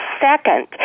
second